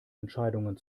entscheidungen